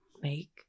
make